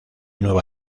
nueva